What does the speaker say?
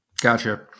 Gotcha